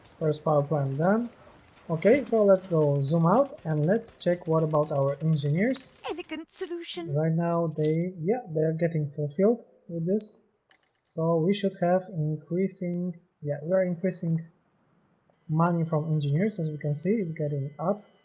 first power plan done okay so let's go zoom out and let's check what about our engineers and solution right now they yeah they're getting fulfilled with this so we should have increasing yeah very increasing money from engineers as you can see is getting up